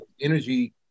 energy